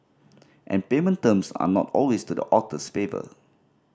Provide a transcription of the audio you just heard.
and payment terms are not always to the author's favour